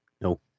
No